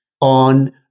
on